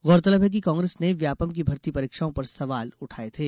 गौरतलब है कि कांग्रेस ने व्यापमं की भर्ती परीक्षाओं पर सवाल उठाये थे